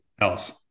else